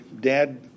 dad